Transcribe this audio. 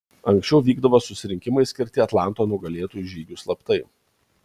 anksčiau vykdavo susirinkimai skirti atlanto nugalėtojų žygiui slaptai